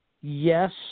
yes